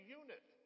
unit